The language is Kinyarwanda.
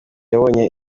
yamubonye